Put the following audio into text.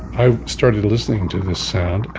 i started listening to this sound